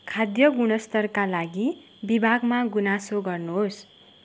खाद्य गुणस्तरका लागि विभागमा गुनासो गर्नु होस्